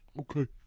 Okay